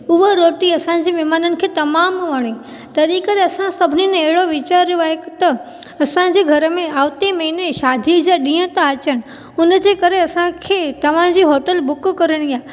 उहा रोटी असां जे महिमाननि खे तमामु वणी तॾी करे असां सभिनीन अहिड़ो वीचारियो आहे कि त असां जे घर में आविती महिने शादीअ जा ॾींहं था अचनि उन जे करे असां खे तव्हां जी होटल बुक करिणी आहे